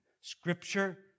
Scripture